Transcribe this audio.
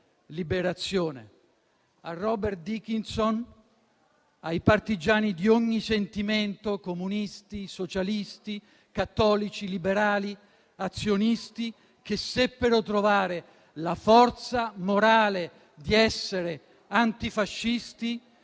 liberazione. A Robert Dickinson e ai partigiani di ogni sentimento (comunisti, socialisti, cattolici, liberali, azionisti) che seppero trovare la forza morale di essere antifascisti